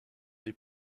des